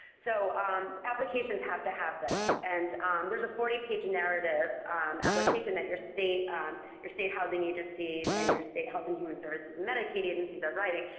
so applications have to have this. and there's a forty page narrative application that your state your state housing agencies and your state health and human services and medicaid agencies are writing.